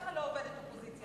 ככה לא עובדת אופוזיציה.